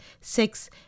Six